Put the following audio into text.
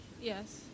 Yes